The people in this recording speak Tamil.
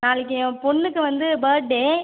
நாளைக்கு என் பெண்ணுக்கு வந்து பர்த்டே